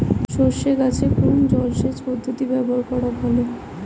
সরষে গাছে কোন জলসেচ পদ্ধতি ব্যবহার করা ভালো?